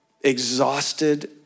exhausted